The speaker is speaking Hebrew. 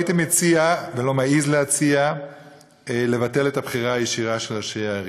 הייתי מציע ולא מעז להציע לבטל את הבחירה הישירה של ראשי הערים,